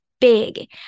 big